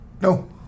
No